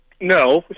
No